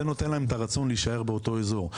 זה נותן להם את הרצון להישאר באותו אזור.